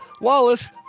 Wallace